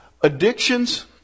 addictions